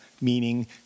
meaning